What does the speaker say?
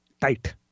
tight